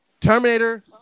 Terminator